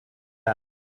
out